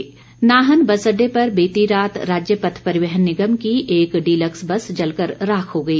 आग नाहन बस अड़डे पर बीती रात राज्य पथ परिवहन निगम की एक डिलक्स बस जल कर राख हो गई